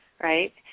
right